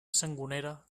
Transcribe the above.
sangonera